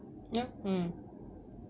yup mm